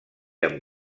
amb